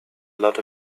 lot